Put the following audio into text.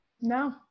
No